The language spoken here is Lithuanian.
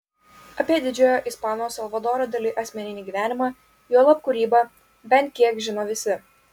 apie didžiojo ispano salvadoro dali asmeninį gyvenimą juolab kūrybą bent kiek žino visi